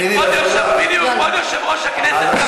אדוני היושב-ראש, תגן עלי.